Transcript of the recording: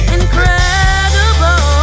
Incredible